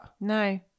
No